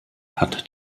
hat